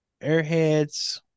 Airheads